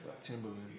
Timberland